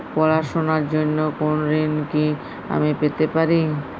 পড়াশোনা র জন্য কোনো ঋণ কি আমি পেতে পারি?